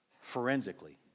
forensically